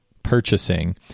purchasing